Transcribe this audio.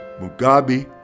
Mugabe